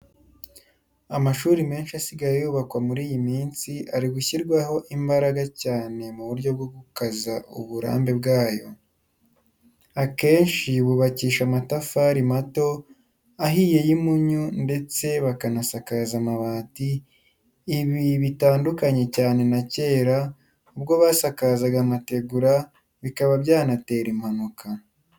Amashuri menshi asigaye yubakwa muri iyi munsi ari gushyirwaho imbaraga cyane mu buryo bwo gukaza uburambe bwayo, akenshi bubakisha amatafari mato ahiye y'impunyu ndetse bakanasakaza amabati, ibi bitandukanye cyane na kera ubwo basakazaga amategura bikaba byanatera impanuka.